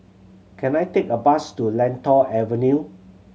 can I take a bus to Lentor Avenue